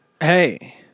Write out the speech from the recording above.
Hey